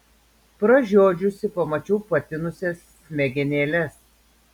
pražiodžiusi pamačiau patinusias smegenėles